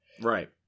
Right